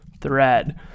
thread